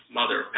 mother